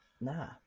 Nah